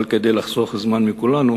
אבל כדי לחסוך זמן מכולנו,